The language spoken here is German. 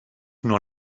nur